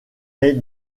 est